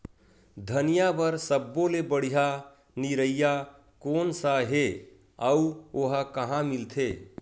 धनिया बर सब्बो ले बढ़िया निरैया कोन सा हे आऊ ओहा कहां मिलथे?